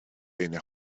عین